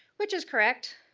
which is correct?